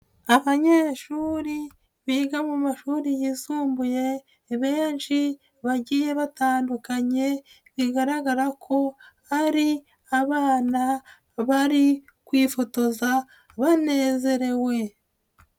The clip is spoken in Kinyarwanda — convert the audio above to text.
Abanyeshuri biga mu mashuri yisumbuye benshi bagiye batandukanye bigaragara ko ari abana bari kwifotoza banezerewe.